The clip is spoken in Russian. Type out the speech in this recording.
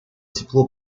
тепло